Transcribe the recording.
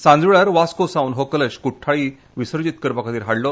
सांजेवेळार वास्को सावन हो कलश कुठ्ठाळी विसर्जित करपा खातीर हाडलो